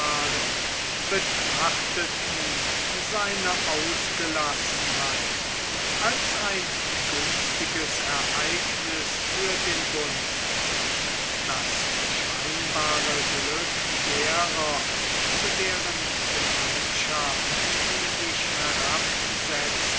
betrachteten seine ausgelassenheit als ein günstiges ereigniß für den bund das scheinbare glück derer zu deren gemeinschaft sie sich herabsetzten